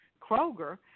Kroger